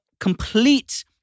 complete